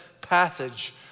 passage